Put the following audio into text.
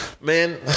man